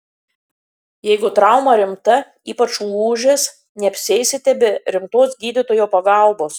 jeigu trauma rimta ypač lūžis neapsieisite be rimtos gydytojo pagalbos